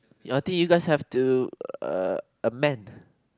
ya think you guys have to uh amend